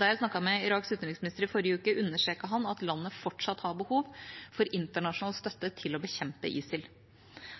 Da jeg snakket med Iraks utenriksminister i forrige uke, understreket han at landet fortsatt har behov for internasjonal støtte til å bekjempe ISIL.